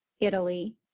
Italy